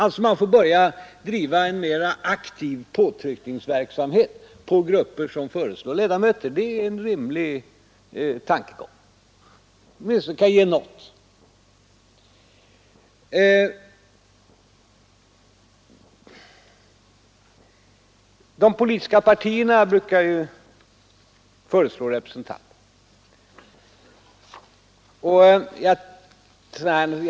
Man får alltså börja driva en mera aktiv påtryckningsverksamhet mot grupper som föreslår ledamöter i utredningar. Det är en rimlig tanke som åtminstone kan ge något.